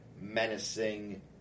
menacing